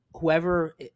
whoever